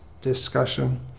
discussion